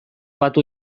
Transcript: batu